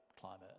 climate